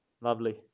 Lovely